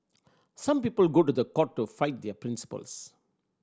some people go to court to fight their principles